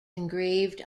engraved